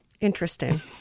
Interesting